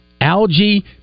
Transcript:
Algae